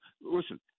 Listen